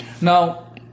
Now